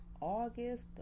august